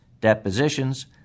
depositions